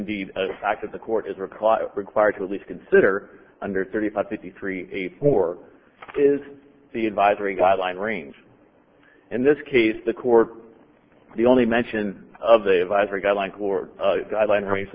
back of the court is required required to at least consider under thirty five fifty three eighty four is the advisory guideline range in this case the court the only mention of the visor guidelines